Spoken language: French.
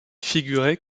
figurait